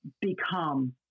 become